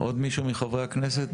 עוד מישהו מחברי הכנסת?